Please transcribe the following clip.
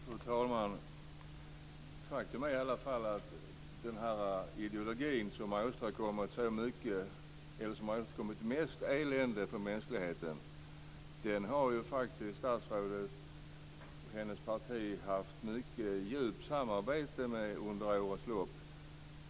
Fru talman! Faktum är att den ideologi som åstadkommit mest elände för mänskligheten har faktiskt statsrådet och hennes parti haft mycket djupt samarbete med under årens lopp.